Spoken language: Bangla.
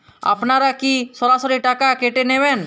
আপনারা কি সরাসরি টাকা কেটে নেবেন?